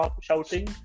shouting